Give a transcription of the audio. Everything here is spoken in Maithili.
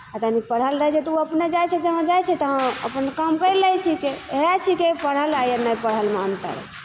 आ तनी पढ़ल रहै छै तऽ ओ अपने जाइ छै जहाँ जाइ छै तहाँ अपन काम कैर लै छिकै एहै छिकै परहल या नै परहल म अंतर